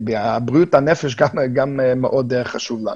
בריאות הנפש גם מאוד חשוב לנו.